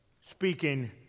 speaking